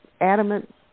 adamant